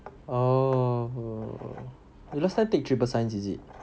oh last time you take triple science is it